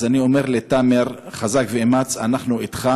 אז אני אומר לתאמר: חזק ואמץ, אנחנו אתך.